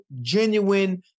genuine